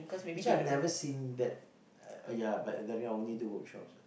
actually I've never seen that uh oh yeah but then I only do workshops ah